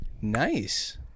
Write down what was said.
Nice